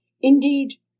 Indeed